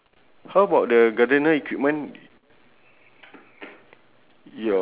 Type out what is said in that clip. oh but I uh my picture he's not jumping he's standing